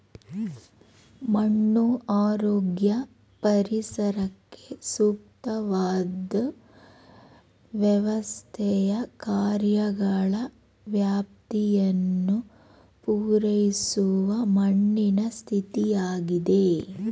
ಮಣ್ಣು ಆರೋಗ್ಯ ಪರಿಸರಕ್ಕೆ ಸೂಕ್ತವಾದ್ ವ್ಯವಸ್ಥೆಯ ಕಾರ್ಯಗಳ ವ್ಯಾಪ್ತಿಯನ್ನು ಪೂರೈಸುವ ಮಣ್ಣಿನ ಸ್ಥಿತಿಯಾಗಿದೆ